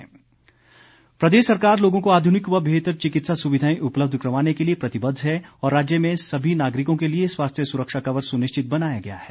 विपिन परमार प्रदेश सरकार लोगों को आधुनिक व बेहतर चिकित्सा सुविधाएं उपलब्ध करवाने के लिए प्रतिबद्ध है और राज्य में सभी नागरिकों के लिए स्वास्थ्य सुरक्षा कवर सुनिश्चित बनाया गया है